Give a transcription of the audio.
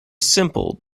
simple